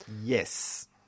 Yes